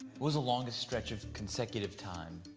was the longest stretch of consecutive time?